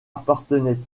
appartenait